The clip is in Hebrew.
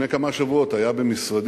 לפני כמה שבועות היה במשרדי